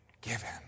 given